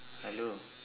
hello